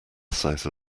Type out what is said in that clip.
south